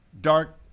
dark